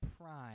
prime